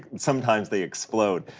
sometimes they explode,